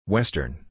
Western